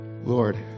Lord